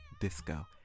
disco